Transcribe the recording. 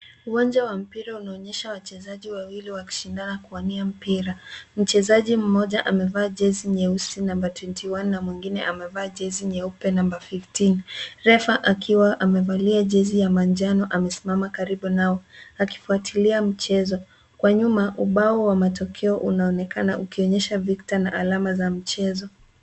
Uwanja wa mpira unaonyesha wachezaji wawili wakishindana kuwania mpira. Mchezaji mmoja amevaa jezi nyeusi namba twenty one na mwengine amevaa jezi nyeupe namba fifteen . Refa akiwa amevalia jezi ya manjano amesimama karibu nao akifuatilia mchezo. Kwa nyuma, ubao wa matokeo unaonekana ukionyesha Victor na alama za mchezo.